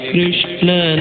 Krishna